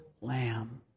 lamb